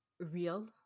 real